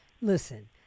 Listen